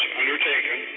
undertaken